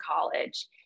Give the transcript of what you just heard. college